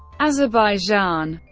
azerbaijan